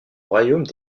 royaume